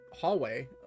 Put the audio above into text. hallway